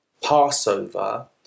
Passover